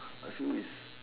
I feel is